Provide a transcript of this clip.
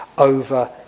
over